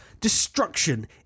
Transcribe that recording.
destruction